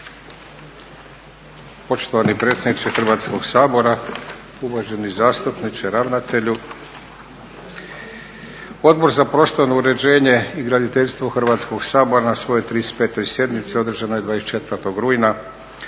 Poštovani predsjedniče Hrvatskog sabora, uvaženi zastupniče, ravnatelju. Odbor za prostorno uređenje i graditeljstvo Hrvatskog sabora na svojoj 35. sjednici održanoj 24. rujna